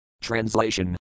Translation